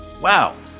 Wow